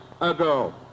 ago